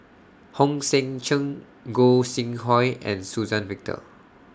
Hong Sek Chern Gog Sing Hooi and Suzann Victor